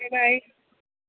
okay by